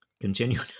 Continue